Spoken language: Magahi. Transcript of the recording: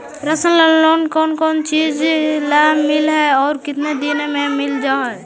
पर्सनल लोन कोन कोन चिज ल मिल है और केतना दिन में मिल जा है?